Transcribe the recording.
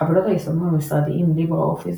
חבילות היישומים המשרדיים ליברה אופיס